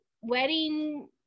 wedding